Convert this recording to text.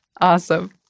Awesome